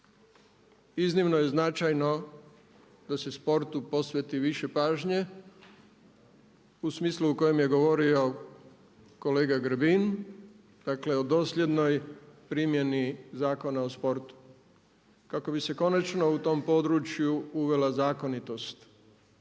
Iznimno je značajno da se sportu posveti više pažnje u smislu u kojem je govorio kolega Grbin. Dakle o dosljednoj primjeni Zakona o sportu kako bi se konačno u tom području uvela zakonitost